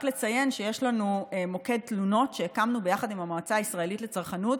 רק לציין שיש לנו מוקד תלונות שהקמנו ביחד עם המועצה הישראלית לצרכנות,